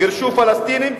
גירשו פלסטינים,